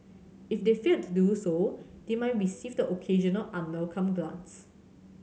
if they fail to do so they might receive the occasional unwelcome glance